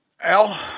Al